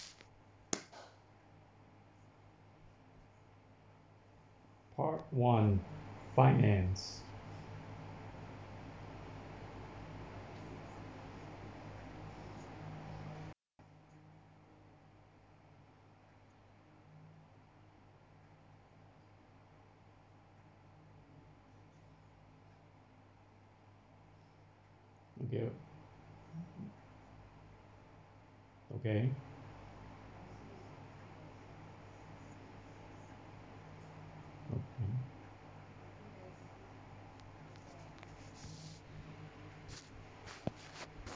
part one finance okay